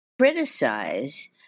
criticize